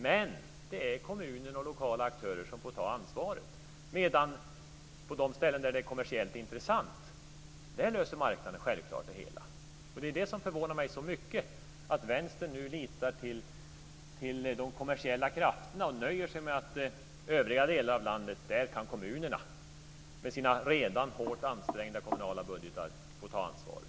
Men det är kommunen och lokala aktörer som får ta ansvaret, medan marknaden självklart löser det hela på de ställen där det är kommersiellt intressant. Det som förvånar mig så mycket är att Vänstern nu litar till de kommersiella krafterna och nöjer sig med att i övriga delar av landet får kommunerna, med sina redan hårt ansträngda kommunala budgetar, ta ansvaret.